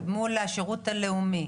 ומול השירות הלאומי,